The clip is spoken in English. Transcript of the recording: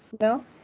No